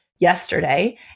yesterday